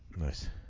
Nice